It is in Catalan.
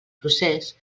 procés